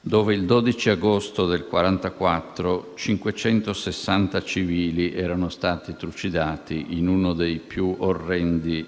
dove il 12 agosto del 1944 560 civili erano stati trucidati in uno dei più orrendi